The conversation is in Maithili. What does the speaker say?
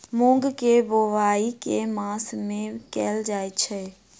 मूँग केँ बोवाई केँ मास मे कैल जाएँ छैय?